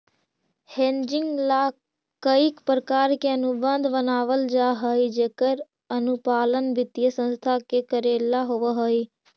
hedging ला कईक प्रकार के अनुबंध बनवल जा हई जेकर अनुपालन वित्तीय संस्था के कऽरेला होवऽ हई